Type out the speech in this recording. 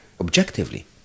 objectively